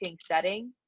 setting